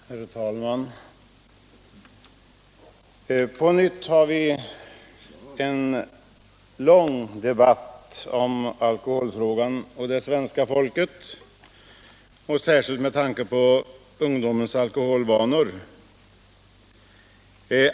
Herr talman! På nytt har vi en lång debatt om alkoholfrågan och svenska folket — och särskilt om ungdomens alkoholvanor.